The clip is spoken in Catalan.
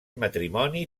matrimoni